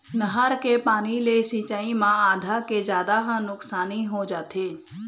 नहर के पानी ले सिंचई म आधा के जादा ह नुकसानी हो जाथे